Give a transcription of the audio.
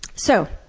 so,